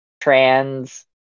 trans